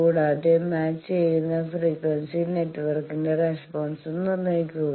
കൂടാതെ മാച്ച് ചെയുന്ന ഫ്രീക്വൻസി നെറ്റ്വർക്കിന്റെ റെസ്പോൺസും നിർണ്ണയിക്കുക